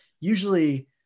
usually